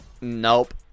Nope